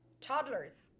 toddlers